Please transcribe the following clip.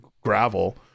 gravel